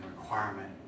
requirement